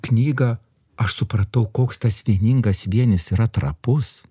knygą aš supratau koks tas vieningas vienis yra trapus